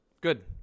Good